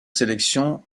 sélection